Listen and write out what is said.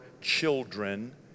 children